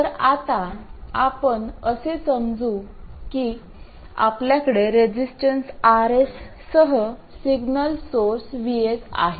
तर आता आपण असे समजू की आपल्याकडे रेझिस्टन्स RS सह सिग्नल सोर्ससिग्नल source VS आहे